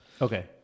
Okay